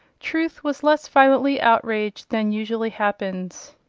truth was less violently outraged than usually happens.